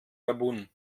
gabun